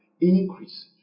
increase